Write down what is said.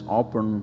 open